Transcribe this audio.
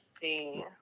see